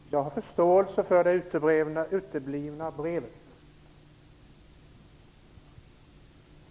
Fru talman! Jag har förståelse för att brevet uteblir.